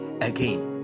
again